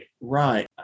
Right